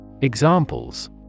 Examples